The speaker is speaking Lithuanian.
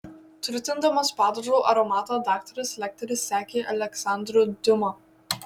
turtindamas padažo aromatą daktaras lekteris sekė aleksandru diuma